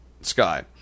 Sky